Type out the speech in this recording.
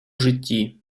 житті